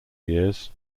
years